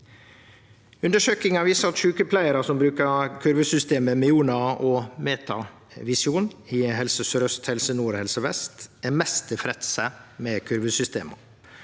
Undersøkinga viser at sjukepleiarar som bruker kurvesystemet Meona og MetaVision – i Helse sør-øst, Helse nord og Helse vest – er mest tilfredse med kurvesystema.